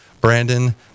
Brandon